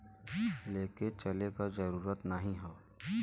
लेके चले क जरूरत नाहीं हौ